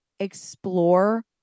explore